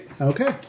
Okay